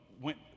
went